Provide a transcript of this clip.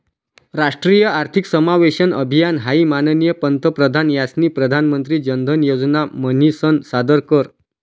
राष्ट्रीय आर्थिक समावेशन अभियान हाई माननीय पंतप्रधान यास्नी प्रधानमंत्री जनधन योजना म्हनीसन सादर कर